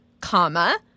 comma